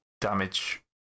damage